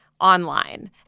online